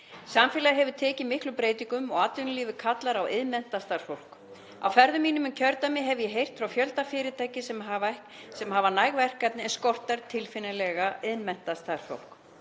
Samfélagið hefur tekið miklum breytingum og atvinnulífið kallar á iðnmenntað starfsfólk. Á ferðum mínum um kjördæmið hef ég heyrt frá fjölda fyrirtækja sem hafa næg verkefni en skortir tilfinnanlega iðnmenntað starfsfólk.